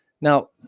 Now